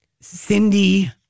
Cindy